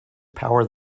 power